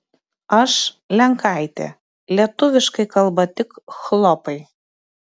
aš lenkaitė lietuviškai kalba tik chlopai